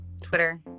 Twitter